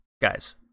Guys